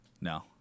No